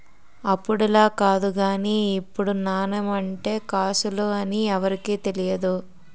అప్పుడులా కాదు గానీ ఇప్పుడు నాణెం అంటే కాసులు అని ఎవరికీ తెలియదు